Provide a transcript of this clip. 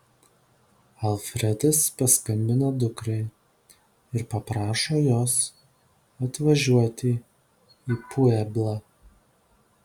alfredas paskambina dukrai ir paprašo jos atvažiuoti į pueblą